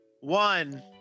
One